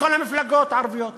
מכל המפלגות הערביות.